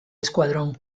escuadrón